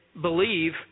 believe